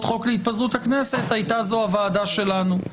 חוק להתפזרות הכנסת הייתה זו הוועדה שלנו,